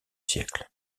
siècle